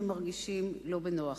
הם נראים שהם מרגישים לא בנוח.